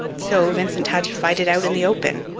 so vincent had to fight it out in the open.